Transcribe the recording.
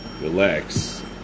Relax